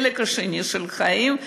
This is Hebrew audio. בחלק השני של החיים,